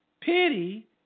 Pity